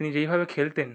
তিনি যেইভাবে খেলতেন